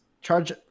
charge